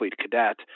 cadet